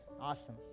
Awesome